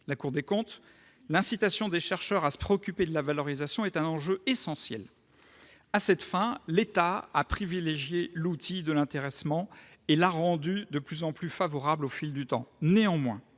Selon ce rapport, « l'incitation des chercheurs à se préoccuper de la valorisation est un enjeu essentiel. À cette fin, l'État a privilégié l'outil de l'intéressement et l'a rendu de plus en plus favorable au fil du temps. Néanmoins,